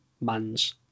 man's